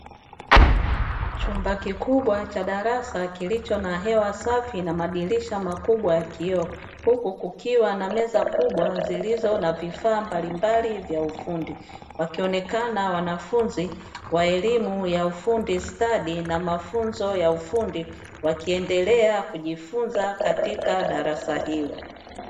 Chumba kikubwa cha darasa kilicho na hewa safi na madirisha makubwa ya kioo, huku kukiwa na meza kubwa zilizo na vifaa mbalimbali vya ufundi. Wakionekana wanafunzi wa elimu ya ufundi stadi na mafunzo ya ufundi wakiendelea kujifunza katika darasa hilo.